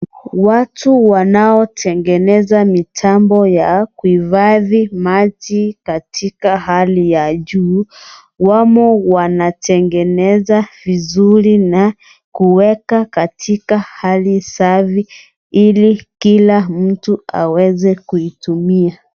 Watu wanaotengeneza mitambo ya kuhifadhi maji katika hali ya juu wapo wanatengeneza vizuri na kuweka katika hali safi ili kila mtu aweze kuitumia.